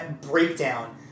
breakdown